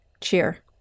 cheer